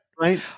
Right